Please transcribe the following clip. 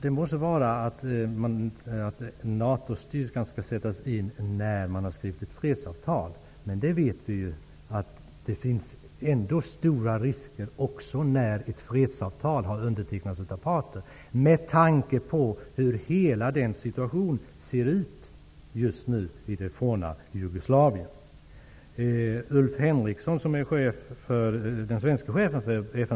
Det må så vara att NATO-styrkan skall sättas in när man har skrivit ett fredsavtal, men vi vet ju att det ändå finns stora risker också när ett fredsavtal har undertecknats av parter, med tanke på hur hela situationen ser ut just nu i det forna Jugoslavien.